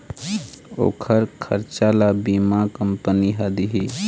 ओखर खरचा ल बीमा कंपनी ह दिही